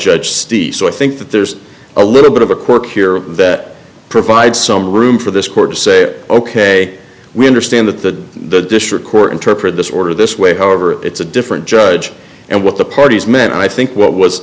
judge steve so i think that there's a little bit of a quirk here that provides some room for this court to say ok we understand that the district court interpret this order this way however it's a different judge and what the parties meant and i think what was